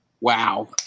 Wow